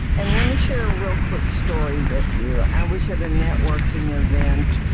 and let me share a real quick story with you. i was at a networking event.